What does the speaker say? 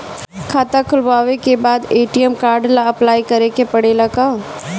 खाता खोलबाबे के बाद ए.टी.एम कार्ड ला अपलाई करे के पड़ेले का?